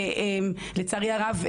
לצערי הרב,